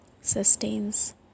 sustains